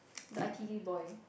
the I_T_E boy